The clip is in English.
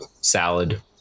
salad